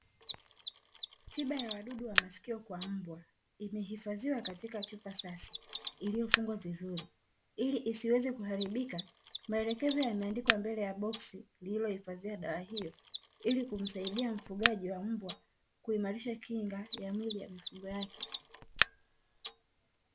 Tiba ya wadudu wa masikio kwa mbwa, imehifadhiwa katika chupa safi, iliyofungwa vizuri, ili isiweze kuharibika; maelekezo yameandikwa mbele ya boksi lililohifadhia dawa hiyo, ili kumsaidia mfugaji wa mbwa kuimarisha kinga ya mwili ya mifugo yake.